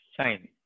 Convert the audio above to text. sign